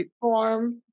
form